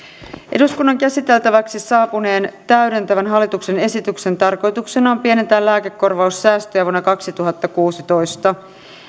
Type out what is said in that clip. eduskunnan käsiteltäväksi saapuneen täydentävän hallituksen esityksen tarkoituksena on pienentää lääkekorvaussäästöjä vuonna kaksituhattakuusitoista